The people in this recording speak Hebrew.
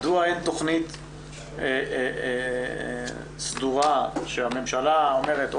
מדוע אין תכנית סדורה שהממשלה אומרת 'אוקיי,